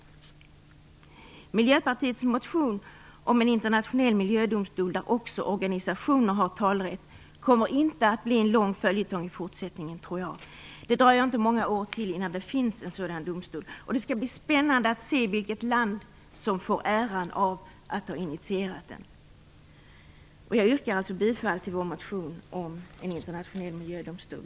Jag tror inte att Miljöpartiets motion om en internationell miljödomstol, där också organisationer har talerätt, kommer att bli en lång följetong i fortsättningen. Det dröjer inte många år innan det finns en sådan domstol, och det skall bli spännande att se vilket land som får äran av att ha initierat den. Jag yrkar bifall till reservation 2, som har sin grund i motion U5, om en internationell miljödomstol.